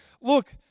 Look